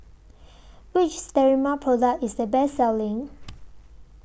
Which Sterimar Product IS The Best Selling